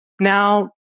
Now